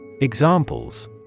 Examples